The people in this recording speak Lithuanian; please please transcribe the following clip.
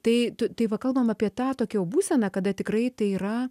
tai tai va kalbam apie tą tokią jau būseną kada tikrai tai yra